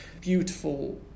beautiful